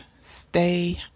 stay